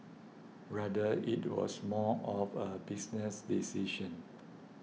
rather it was more of a business decision